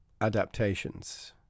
adaptations